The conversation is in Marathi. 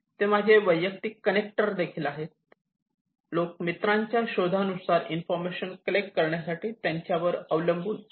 ते माझे वैयक्तिक कनेक्टर देखील आहेत लोक मित्रांच्या शोधानुसार इंफॉर्मेशन कलेक्ट करण्यासाठी त्यांच्यावर अवलंबून आहे